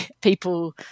people